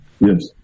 Yes